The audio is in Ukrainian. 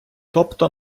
тобто